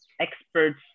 experts